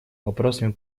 вопросами